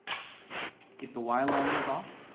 if the y alignment is off,